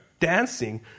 dancing